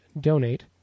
donate